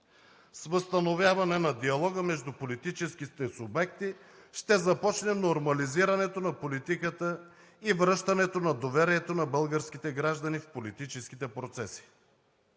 С възстановяване на диалога между политическите субекти ще започне нормализирането на политиката и връщането на доверието на българските граждани в политическите процеси.